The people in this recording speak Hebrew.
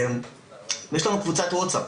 יש לנו קבוצת וואטסאפ,